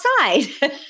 outside